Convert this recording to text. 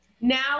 Now